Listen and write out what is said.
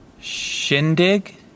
Shindig